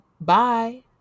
Bye